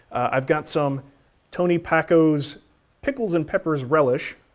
i've got some tony packo's pickles and peppers relish,